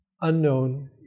unknown